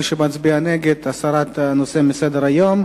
מי שמצביע נגד, זה להסרת הנושא מסדר-היום.